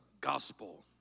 gospel